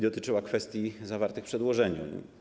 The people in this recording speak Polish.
Dotyczyła kwestii zawartych w przedłożeniu.